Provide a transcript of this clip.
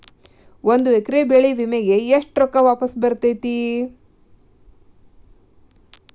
ಒಂದು ಎಕರೆ ಬೆಳೆ ವಿಮೆಗೆ ಎಷ್ಟ ರೊಕ್ಕ ವಾಪಸ್ ಬರತೇತಿ?